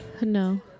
No